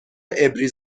عبری